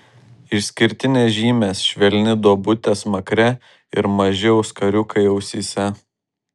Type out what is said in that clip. išskirtinės žymės švelni duobutė smakre ir maži auskariukai ausyse